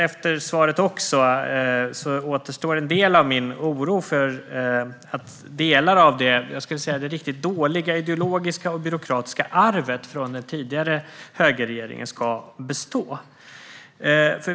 Efter svaret kvarstår ändå en del av min oro för att det riktigt dåliga, ideologiska och byråkratiska arvet från den tidigare högerregeringen ska bestå.